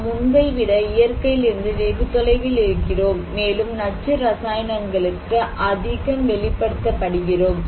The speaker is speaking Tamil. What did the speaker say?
நாம் முன்பை விட இயற்கையிலிருந்து வெகு தொலைவில் இருக்கிறோம் மேலும் நச்சு ரசாயணங்களுக்கு அதிகம் வெளிப்படுத்தபடுகிறோம்